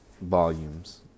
volumes